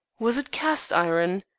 was it cast-iron?